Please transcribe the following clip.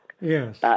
Yes